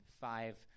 five